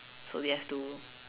so they have to